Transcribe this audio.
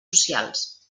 socials